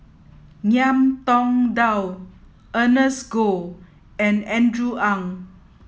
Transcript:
Ngiam Tong Dow Ernest Goh and Andrew Ang